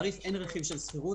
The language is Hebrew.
שכירות,